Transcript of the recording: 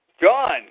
John